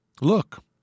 Look